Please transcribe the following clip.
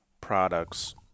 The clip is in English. products